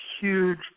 huge